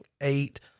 eight